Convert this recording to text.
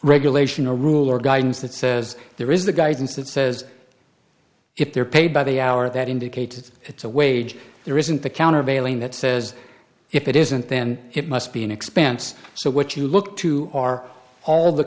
regulation a rule or guidance that says there is the guidance that says if they're paid by the hour that indicated it's a wage there isn't the countervailing that says if it isn't then it must be an expense so what you look to are all the